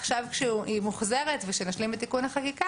עכשיו כשהיא מוחזרת וכשנשלים את תיקון החקיקה